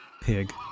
pig